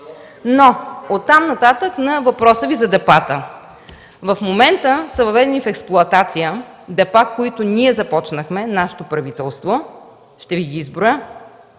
но оттам нататък на въпроса Ви за депата – в момента са въведени в експлоатация депа, които ние започнахме, нашето правителство, ще Ви ги изброя.